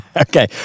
Okay